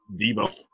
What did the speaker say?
Debo